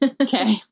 Okay